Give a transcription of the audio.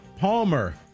Palmer